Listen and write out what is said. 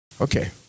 Okay